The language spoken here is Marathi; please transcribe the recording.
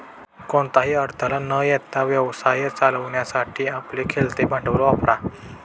कोणताही अडथळा न येता व्यवसाय चालवण्यासाठी आपले खेळते भांडवल वापरा